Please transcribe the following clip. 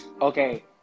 okay